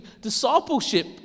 discipleship